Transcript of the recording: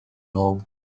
know